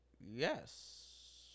yes